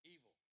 Evil